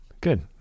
Good